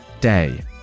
day